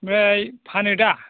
ओमफ्राय फानो दा